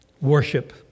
worship